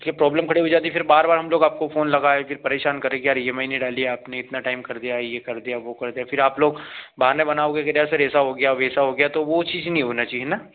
इसलिए प्रॉब्लम खड़ी हो जाती फिर बार बार हम लोग आपको फ़ोन लगाएँ फिर परेशान करें कि यार ईएमआई नहीं डाली आपने इतना टाइम कर दिया यह कर दिया वह कर दिया फिर आप लोग बहाने बनाओगे कि यार सर ऐसा हो गया वैसा हो गया तो वह चीज़ नहीं होना चाहिए है ना